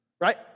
right